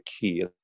key